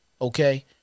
Okay